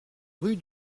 rue